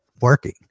working